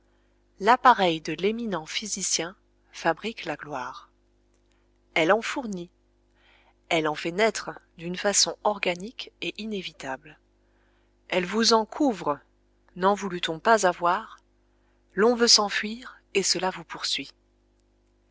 l'appareil de l'éminent physicien fabrique la gloire elle en fournit elle en fait naître d'une façon organique et inévitable elle vous en couvre n'en voulût on pas avoir l'on veut s'enfuir et cela vous poursuit